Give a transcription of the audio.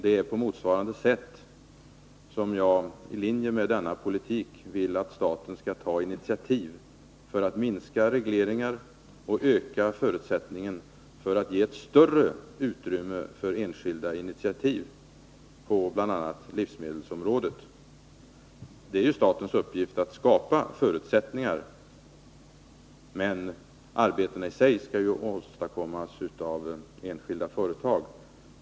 Det är i linje med denna politik som jag vill att staten på motsvarande sätt skall ta initiativ för att minska regleringar och öka förutsättningen för att ge ett större utrymme för enskilda initiativ på bl.a. livsmedelsområdet. Det är ju statens uppgift att skapa förutsättningar, men arbetena i sig skall åstadkommas av enskilda företag.